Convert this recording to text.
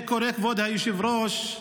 כבוד היושב-ראש,